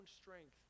strength